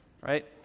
right